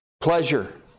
Pleasure